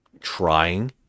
trying